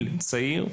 מגיל צעיר,